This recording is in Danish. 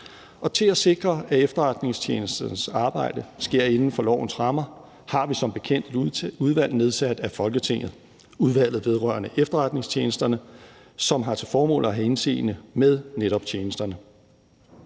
Til at sikre, at efterretningstjenesternes arbejde sker inden for lovens rammer, har vi som bekendt et udvalg nedsat af Folketinget, nemlig Udvalget vedrørende Efterretningstjenesterne, som har til formål at have indseende med netop tjenesterne.